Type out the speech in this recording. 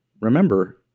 remember